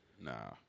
Nah